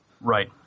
Right